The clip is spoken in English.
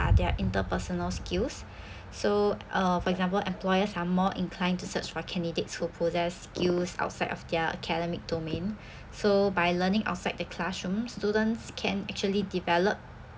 their interpersonal skills so uh for example employers are more inclined to search for candidates who possess skills outside of their academic domain so by learning outside the classroom students can actually develop